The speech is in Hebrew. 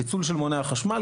פיצול של מוני החשמל,